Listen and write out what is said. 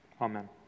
Amen